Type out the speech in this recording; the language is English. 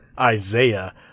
Isaiah